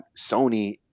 Sony